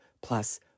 plus